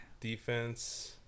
Defense